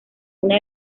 una